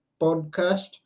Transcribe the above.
podcast